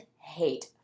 hate